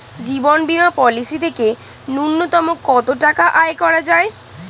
জীবন বীমা পলিসি থেকে ন্যূনতম কত টাকা আয় করা যায়?